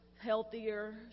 healthier